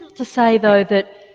to say though that